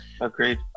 Agreed